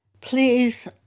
Please